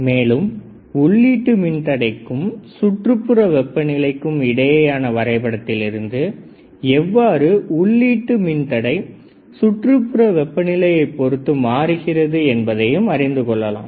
மேலும் உள்ளீட்டு மின்தடைக்கும் சுற்றுப்புற வெப்ப நிலைக்கும் இடையேயான வரைபடத்திலிருந்து எவ்வாறு உள்ளீட்டு மின்தடை சுற்றுப்புற வெப்பநிலையைப் பொறுத்து மாறுகிறது என்பதையும் அறிந்து கொள்ளலாம்